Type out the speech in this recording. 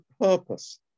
purpose